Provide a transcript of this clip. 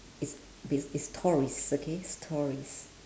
it's be it's stories okay stories